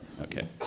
okay